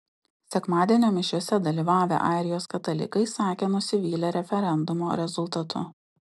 sekmadienio mišiose dalyvavę airijos katalikai sakė nusivylę referendumo rezultatu